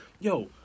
Yo